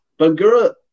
Bangura